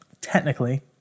technically